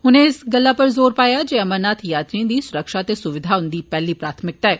उनें इस गल्लै पर जोर पाया जे अमरनाथ यात्रिएं दी स्रक्षा ते स्विधां उंदी पैहली प्राथमिकता ऐ